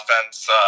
offense